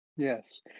Yes